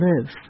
live